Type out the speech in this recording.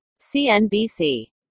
CNBC